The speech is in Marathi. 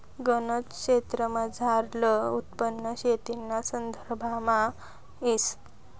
गनज क्षेत्रमझारलं उत्पन्न शेतीना संदर्भामा येस